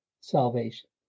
salvation